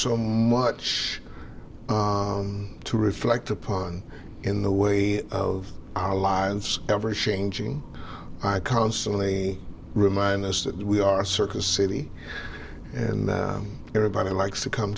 so much to reflect upon in the way of our lives ever changing i constantly remind us that we are circus city and everybody likes to come